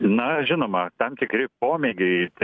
na žinoma tam tikri pomėgiai tai